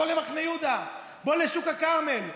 בוא למחנה יהודה, בוא לשוק הכרמל.